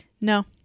No